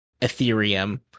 Ethereum